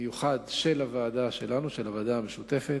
מיוחד של הוועדה שלנו, של הוועדה המשותפת.